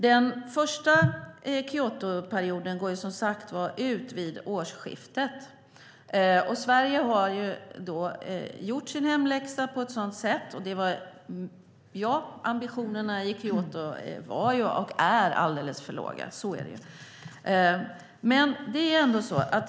Den första Kyotoperioden går som sagt ut vid årsskiftet. Sverige har då gjort sin hemläxa. Och, ja, ambitionerna i Kyoto var och är alldeles för låga. Så är det.